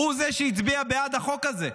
הוא זה שהצביע בעד החוק הזה,